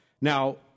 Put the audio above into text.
Now